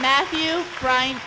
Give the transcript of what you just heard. matthew wright